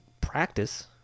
practice